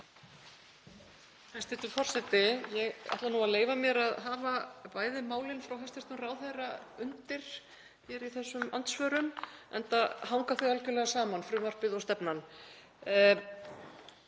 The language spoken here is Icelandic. Hæstv. forseti. Ég ætla að leyfa mér að hafa bæði málin frá hæstv. ráðherra undir í þessum andsvörum enda hanga þau algjörlega saman, frumvarpið og stefnan.